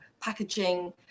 packaging